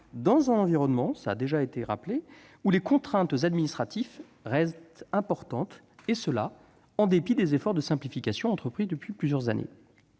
dans un environnement où les contraintes administratives restent importantes, et ce en dépit des efforts de simplification entrepris depuis plusieurs années.